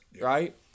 Right